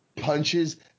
punches